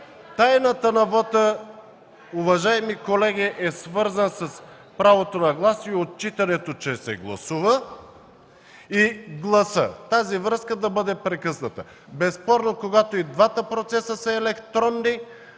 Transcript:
тайната на вота, уважаеми колеги, е свързана с правото на глас, отчитането че се гласува и гласа – тази връзка да бъде прекъсната. Безспорно когато и двата процеса са електронни,